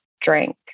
drink